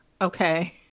okay